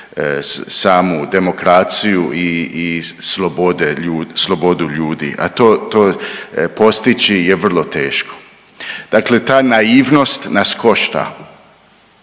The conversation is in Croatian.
samu demokraciju i slobodu ljudi, a to postići je vrlo teško. Dakle, ta naivnost nas košta.